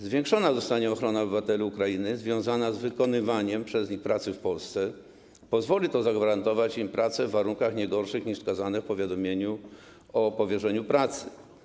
Zwiększona zostanie ochrona obywateli Ukrainy związana z wykonywaniem przez nich pracy w Polsce, co pozwoli na to, aby zagwarantować im pracę w warunkach nie gorszych niż wskazane w powiadomieniu o powierzeniu pracy.